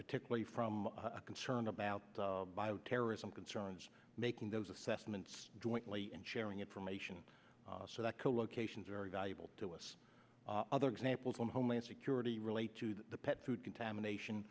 particularly from a concern about bioterrorism concerns making those assessments jointly and sharing information so that co location is very valuable to us other examples from homeland security relate to the pet food contamination